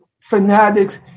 fanatics